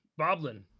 Boblin